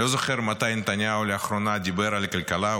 אני לא זוכר מתי נתניהו לאחרונה דיבר על הכלכלה,